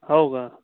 हो का